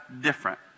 different